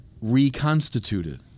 reconstituted